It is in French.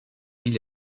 mis